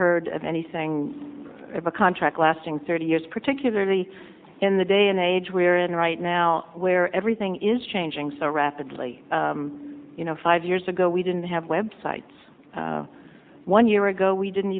heard of anything of a contract lasting thirty years particularly in the day and age we're in right now where everything is changing so rapidly you know five years ago we didn't have web sites one year ago we didn't